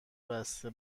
بسته